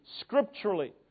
Scripturally